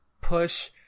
push